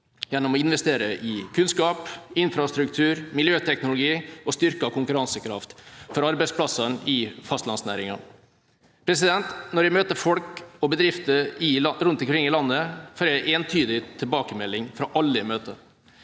gjennom å investere i kunnskap, infrastruktur, miljøteknologi og styrket konkurransekraft for arbeidsplassene i fastlandsnæringene. Når jeg møter folk og bedrifter rundt omkring i landet, får jeg entydig tilbakemelding fra alle jeg møter: